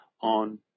on